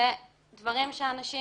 אלה דברים שאנשים